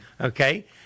okay